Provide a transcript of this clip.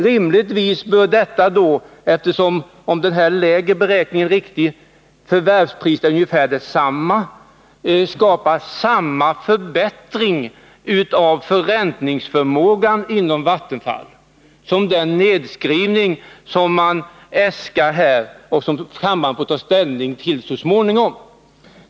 Rimligtvis bör detta, om förvärvspriset är ungefär detsamma, ge samma förbättring av Vattenfalls förräntningsförmåga som en försäljning av vattenkraft minskar den.